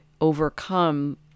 overcome